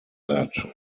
that